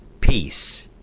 peace